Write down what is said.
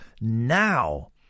now